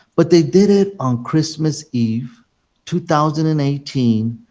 but they did it on christmas eve two thousand and eighteen,